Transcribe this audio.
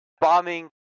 bombing